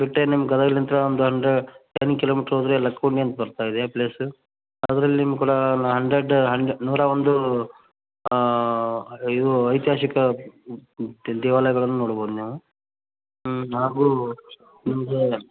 ಬಿಟ್ಟರೆ ನಿಮ್ಗೆ ಗದಗ್ಲಿಂದ ಒಂದು ಅಂದರೆ ಟೆನ್ ಕಿಲೋಮೀಟ್ರ್ ಹೋದ್ರೆ ಲಕ್ಕುಂಡಿ ಅಂತ ಬರ್ತಾಯಿದೆ ಪ್ಲೇಸ್ ಅದರಲ್ಲಿ ನಿಮ್ಗೆ ಕೂಡ ಅಂಡ್ರೆಡ್ ಹಂಡ್ ನೂರಒಂದು ಇವು ಐತಿಹಾಸಿಕ ದೇವಾಲಯಗಳನ್ನು ನೋಡ್ಬೋದು ನೀವು ಹ್ಞೂ ಹಾಗೂ ನಿಮಗೆ